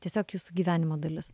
tiesiog jūsų gyvenimo dalis